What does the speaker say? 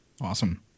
Awesome